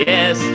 Yes